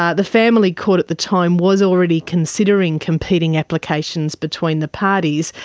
ah the family court at the time was already considering competing applications between the parties.